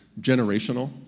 generational